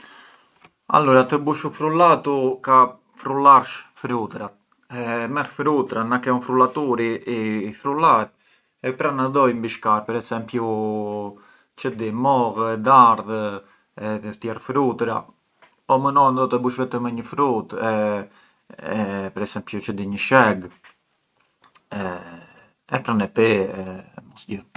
Allura të bush u frullatu ka frullarsh frutërat, nga ke u frullaturi i frullar e pran nga do i mbishkar per esempiu çë di, mollë e dardha e tjerë frutëra, o më no do e bush vetëm me një frutë per esempiu çë di, një sheg e pran e pi e mosgjë.